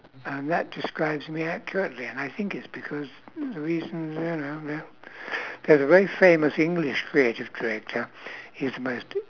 and that describes me accurately and I think it's because reasons you know ya there's a very famous english creative director he's the most